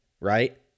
right